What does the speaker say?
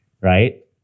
right